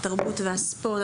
התרבות והספורט.